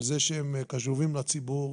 על זה שהם קשובים לציבור,